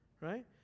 right